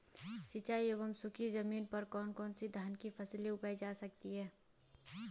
सिंचाई एवं सूखी जमीन पर कौन कौन से धान की फसल उगाई जा सकती है?